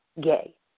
gay